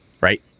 Right